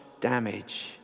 damage